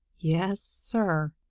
yes, sir,